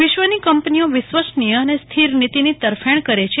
વિશ્વની કંપનીઓ વિશ્વસનીય અને સ્થિર નીતીની તરફેણ કરે છે